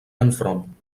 enfront